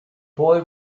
boy